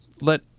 let